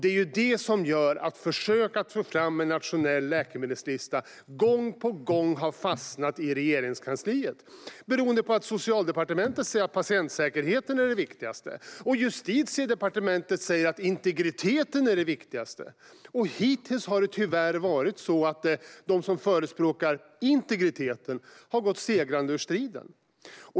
Det gör att försök att ta fram en nationell läkemedelslista gång på gång har fastnat i Regeringskansliet. Socialdepartementet säger att patientsäkerheten är det viktigaste. Justitiedepartementet säger att integriteten är det viktigaste. Hittills har det tyvärr varit de som förespråkar integriteten som har gått segrande ur striden.